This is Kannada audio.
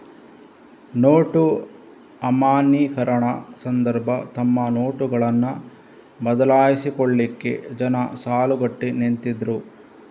ನೋಟು ಅಮಾನ್ಯೀಕರಣ ಸಂದರ್ಭ ತಮ್ಮ ನೋಟುಗಳನ್ನ ಬದಲಾಯಿಸಿಕೊಳ್ಲಿಕ್ಕೆ ಜನ ಸಾಲುಗಟ್ಟಿ ನಿಂತಿದ್ರು